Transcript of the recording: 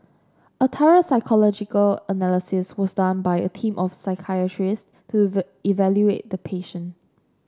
a thorough psychological analysis was done by a team of psychiatrists to evaluate the patient